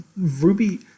Ruby